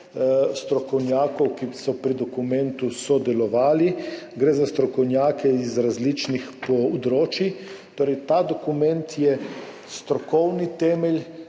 strokovnjakov, ki so pri dokumentu sodelovali, gre za strokovnjake z različnih področij. Torej, ta dokument je strokovni temelj,